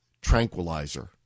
tranquilizer